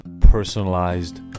personalized